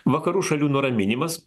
vakarų šalių nuraminimas